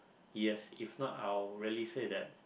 yes if not I will really say that